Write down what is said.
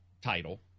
Title